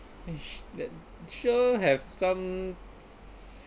that sure have some